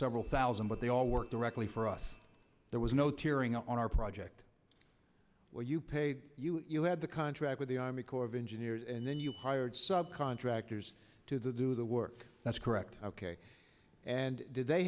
several thousand but they all work directly for us there was no tear during on our project where you paid you you had the contract with the army corps of engineers and then you hired sub contractors to the do the work that's correct ok and did they